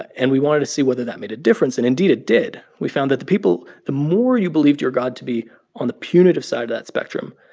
and we wanted to see whether that made a difference. and indeed it did. we found that the people the more you believed your god to be on the punitive side that spectrum,